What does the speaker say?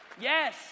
Yes